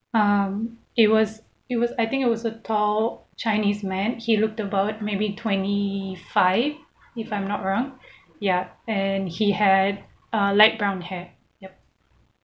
um it was it was I think it was a tall chinese man he looked about maybe twenty five if I'm not wrong ya and he had a light brown hair yup